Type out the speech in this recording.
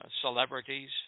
celebrities